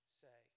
say